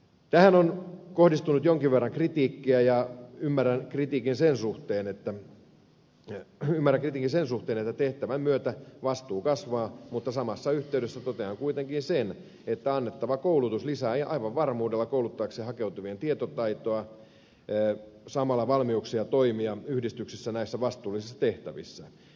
tähän on kohdistunut jonkin verran kritiikkiä ja ymmärrän kritiikin sen suhteen että tehtävän myötä vastuu kasvaa mutta samassa yhteydessä totean kuitenkin sen että annettava koulutus lisää aivan varmuudella kouluttajaksi hakeutuvien tietotaitoa ja samalla valmiuksia toimia yhdistyksissä näissä vastuullisissa tehtävissä